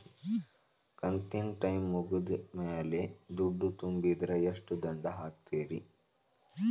ಕಂತಿನ ಟೈಮ್ ಮುಗಿದ ಮ್ಯಾಲ್ ದುಡ್ಡು ತುಂಬಿದ್ರ, ಎಷ್ಟ ದಂಡ ಹಾಕ್ತೇರಿ?